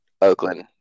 Oakland